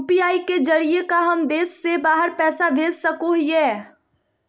UPI के जरिए का हम देश से बाहर पैसा भेज सको हियय?